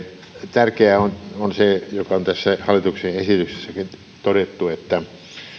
tärkeää on on se mikä on tässä hallituksen esityksessäkin todettu että